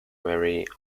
very